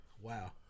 Wow